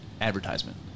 advertisement